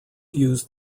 used